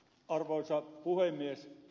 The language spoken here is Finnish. arvoisa puhemies